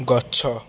ଗଛ